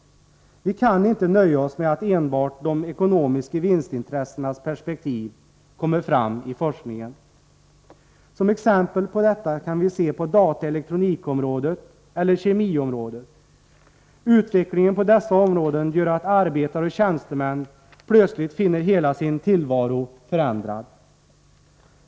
Vi kan inte nöja oss med att enbart de ekonomiska vinstintressenas perspektiv kommer fram i forskningen. Som exempel kan vi se på dataoch elektronikområdet eller kemiområdet. Utvecklingen på dessa områden gör att arbetare och tjänstemän plötsligt finner hela sin tillvaro förändrad.